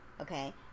Okay